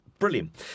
Brilliant